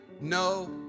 no